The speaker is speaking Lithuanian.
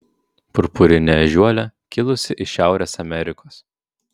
purpurinė ežiuolė kilusi iš šiaurės amerikos